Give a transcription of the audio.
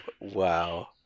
wow